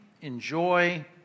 enjoy